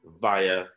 via